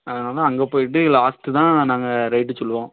ஆ ஆனால் அங்கே போய்ட்டு லாஸ்ட் தான் நாங்கள் ரேட் சொல்லுவோம்